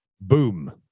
Boom